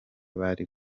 bari